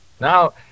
Now